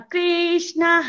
Krishna